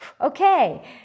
okay